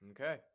okay